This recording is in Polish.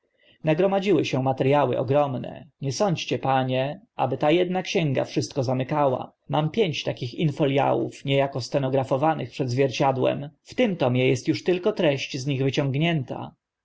ręki nagromadziły się materiały ogromne nie sądźcie panie aby ta edna księga wszystko zamykała mam pięć takich in foliów nie ako stenografowanych przed zwierciadłem w tym tomie est uż tylko treść z nich wyciągnięta